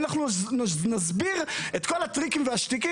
אנחנו נסביר את כל הטריקים והשטיקים,